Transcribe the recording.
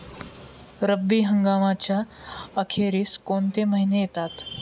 रब्बी हंगामाच्या अखेरीस कोणते महिने येतात?